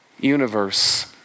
universe